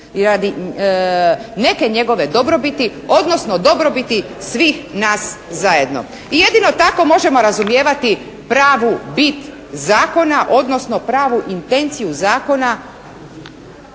neke njegove dobrobiti, odnosno dobrobiti svih nas zajedno i jedino tako možemo razumijevati pravu bit zakona, odnosno pravu intenciju zakona